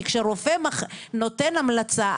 כשרופא נותן המלצה,